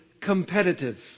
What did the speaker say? competitive